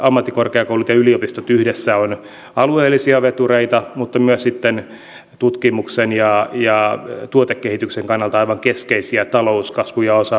ammattikorkeakoulut ja yliopistot yhdessä ovat alueellisia vetureita mutta myös tutkimuksen ja tuotekehityksen kannalta aivan keskeisiä talouskasvun ja osaamisen rakentajia